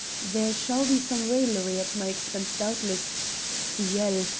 there shall be some raillery at my expense doubtless ciel!